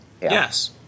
Yes